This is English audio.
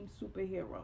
superhero